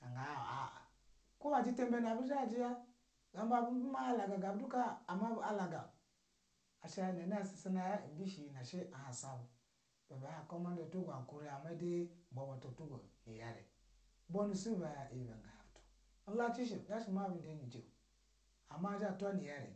Ibe ga hin a, a kubo jita beni a bu zhaji gidana ba a bu ma a laga mabu alaga mabu alaga asha nona ni sasana asha ube she iye na she ukulana bu ilaci she izhashi maibu da niji o asha zha ga ta tu go niyari